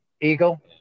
Eagle